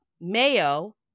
Mayo